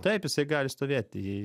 taip jisai gali stovėti